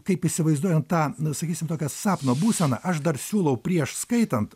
kaip įsivaizduojam tą sakysim tokias sapno būseną aš dar siūlau prieš skaitant